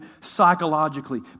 psychologically